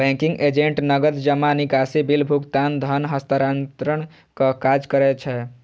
banking agent नकद जमा, निकासी, बिल भुगतान, धन हस्तांतरणक काज करै छै